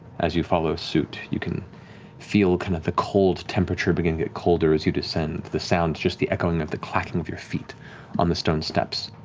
as you follow suit, you can feel kind of the cold temperature begin to get colder as you descend. the sounds, just the echoing of the clacking of your feet on the stone steps.